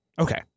Okay